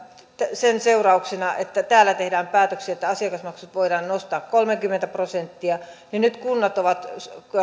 sen seurauksena että täällä tehdään päätöksiä että asiakasmaksuja voidaan nostaa kolmekymmentä prosenttia nyt kunnat ovat